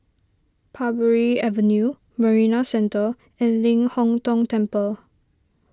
Parbury Avenue Marina Centre and Ling Hong Tong Temple